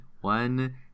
one